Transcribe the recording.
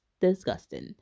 disgusting